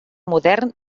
modern